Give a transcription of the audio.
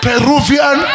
Peruvian